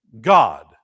god